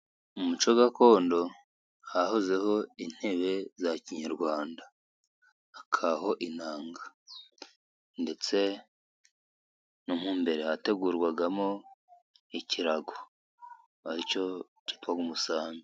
Mu muco gakondo, hahoze ho intebe za kinyarwanda, akaho, inanga, ndetse no mu mbere hategurwagamo, ikiragocyo, aricyo cyitwaga umusambi.